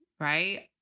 right